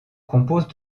compose